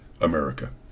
America